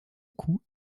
cou